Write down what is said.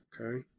Okay